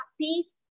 piece